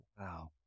Wow